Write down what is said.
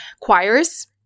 choirs